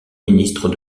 ministre